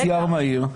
pcr מהיר.